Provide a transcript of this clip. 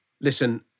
Listen